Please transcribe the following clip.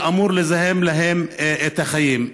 זה אמור לזהם להם את החיים.